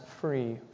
free